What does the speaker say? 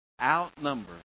outnumber